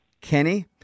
Kenny